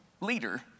leader